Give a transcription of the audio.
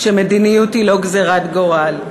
שמדיניות היא לא גזירת גורל,